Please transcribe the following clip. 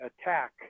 attack